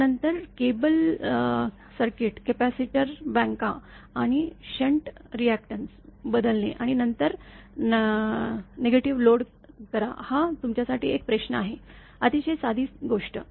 त्यानंतर cable circuit capacitor बँका आणि शण्ट रिअॅक्टर्स बदलणे आणि नंतर नकार लोड करा हा तुमच्यासाठी एक प्रश्न आहे अतिशय साधी गोष्ट